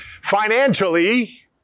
financially